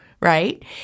Right